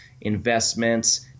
investments